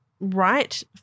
right